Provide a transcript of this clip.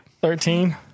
Thirteen